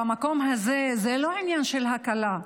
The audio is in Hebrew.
במקום הזה זה לא עניין של הקלה,